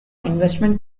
investment